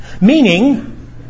Meaning